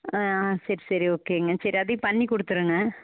ஆ sir சரி ஓகேங்க சரி அதையும் பண்ணிக் கொடுத்துடுங்க